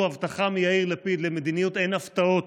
הבטחה מיאיר לפיד למדיניות אין הפתעות